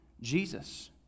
Jesus